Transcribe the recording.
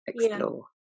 explore